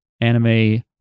anime